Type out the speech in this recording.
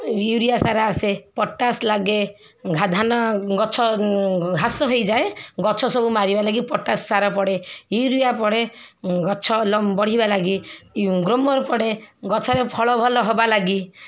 urea ସାର ଆସେ potash ଲାଗେ ଧାନ ଗଛ ଘାସ ହୋଇଯାଏ ଗଛ ସବୁ ମାରିବା ଲାଗେ ପଟାସ୍ ସାରା ପଡ଼େ ୟୁରିଆ ପଡ଼େ ଗଛ ଲମ୍ ବଢ଼ିବା ଲାଗେ ଗ୍ରୋମୋର୍ ପଡ଼େ ଗଛରେ ଫଳ ଭଲ ହେବା ଲାଗି